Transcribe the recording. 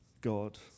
God